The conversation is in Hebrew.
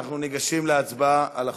אנחנו ניגשים להצבעה על החוק.